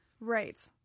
Right